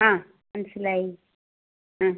ആ മനസ്സിലായി ആ